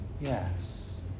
Yes